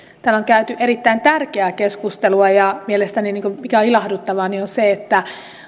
täällä on käyty erittäin tärkeää keskustelua ja mielestäni se mikä on ilahduttavaa on että